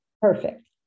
Perfect